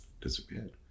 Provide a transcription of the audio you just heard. disappeared